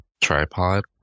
tripod